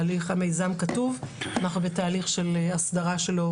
המיזם כתוב, אנחנו בתהליך של הסדרה שלו